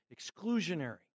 exclusionary